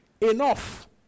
enough